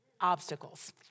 obstacles